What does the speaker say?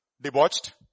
debauched